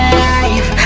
life